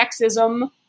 sexism